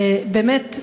באמת,